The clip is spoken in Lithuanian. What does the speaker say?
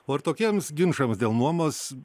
ar tokiems ginčams dėl nuomos